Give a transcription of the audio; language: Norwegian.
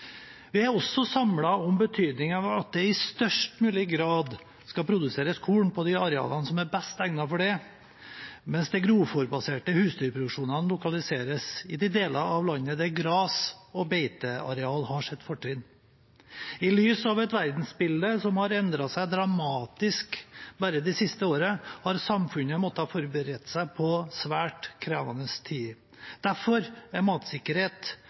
Vi er også samlet om betydningen av at det i størst mulig grad skal produseres korn på de arealene som er best egnet for det, mens den grovfôrbaserte husdyrproduksjonen lokaliseres i de deler av landet der gras- og beiteareal har sitt fortrinn. I lys av et verdensbilde som har endret seg dramatisk bare det siste året, har samfunnet måttet forberede seg på svært krevende tider. Derfor er matsikkerhet